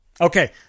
Okay